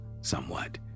somewhat